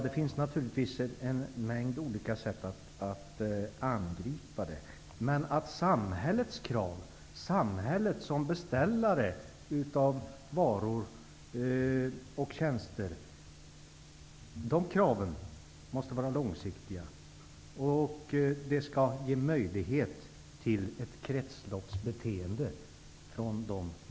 Det finns naturligtvis en mängd olika sätt att angripa problemen på. Men samhället som beställare av varor och tjänster måste ställa långsiktiga krav. De man köper och beställer av skall ge möjlighet till ett kretsloppsbeteende.